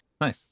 nice